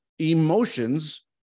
emotions